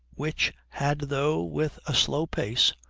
which, had though with a slow pace,